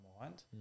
mind